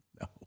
No